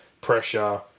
pressure